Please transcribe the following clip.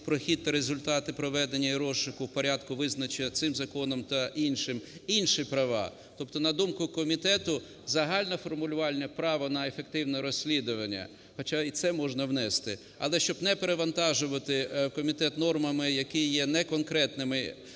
про хід та результати проведення і розшуку в порядку, визначеному цим законом та іншим, інші права. Тобто, на думку комітету, загальнеформулювальне право на ефективне розслідування, хоча і це можна внести, але щоб не перевантажувати комітет нормами, які є неконкретними,